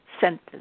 sentence